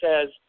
says